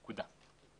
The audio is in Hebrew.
נקודה.